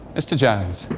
mr. jones.